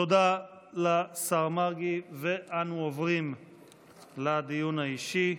תודה לשר מרגי, ואנו עוברים לדיון האישי.